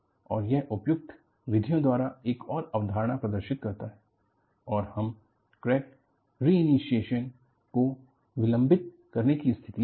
और यह उपयुक्त विधियों द्वारा एक और अवधारणा प्रदर्शित करता है और हम क्रैक रीइनीशिएशन को वीलंबित करने की स्थिति में है